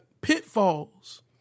pitfalls